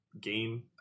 game